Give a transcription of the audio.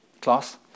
class